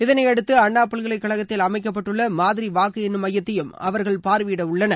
இதனையடுத்து அண்ணா பல்கலைக்கழகத்தில் அமைக்கப்பட்டுள்ள மாதிரி வாக்கு எண்ணும் மையத்தையும் அவர்கள் பார்வையிட உள்ளனர்